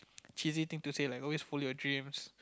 cheesy thing to say like always follow your dreams